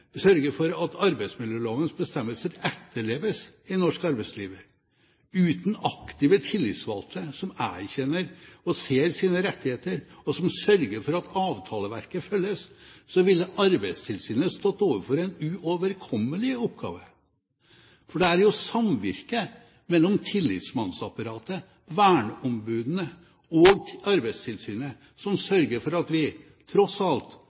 at arbeidsmiljølovens bestemmelser etterleves i norsk arbeidsliv, uten aktive tillitsvalgte som erkjenner og ser sine rettigheter, og som sørger for at avtaleverket følges, ville Arbeidstilsynet stått overfor en uoverkommelig oppgave. Det er jo samvirket mellom tillitsmannsapparatet, verneombudene og Arbeidstilsynet som sørger for at vi tross alt